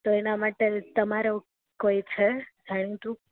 તો એના માટે તમારો કોઈ છે જાણીતું